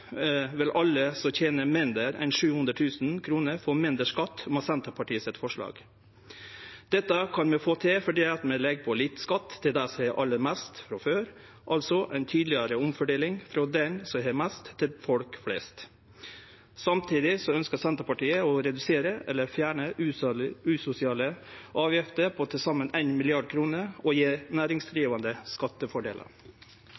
Alle som tener mindre enn 700 000 kr, vil få mindre skatt med Senterpartiets forslag. Dette kan vi få til fordi vi legg på litt skatt til dei som har aller mest frå før, altså ei tidlegare omfordeling frå den som har mest, til folk flest. Samtidig ønskjer Senterpartiet å redusere eller fjerne usosiale avgifter på til saman 1 mrd. kr og